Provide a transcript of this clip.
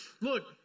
Look